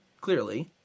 clearly